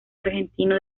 argentino